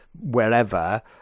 wherever